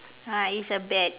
uh is a bat